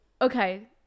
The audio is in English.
okay